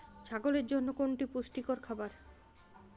ছাগলের জন্য কোনটি পুষ্টিকর খাবার?